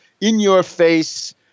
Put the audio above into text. in-your-face